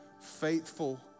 faithful